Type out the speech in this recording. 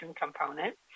component